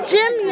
Jim